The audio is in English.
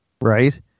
right